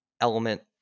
element